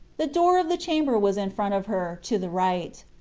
the door of the chamber was in front of her, to the right.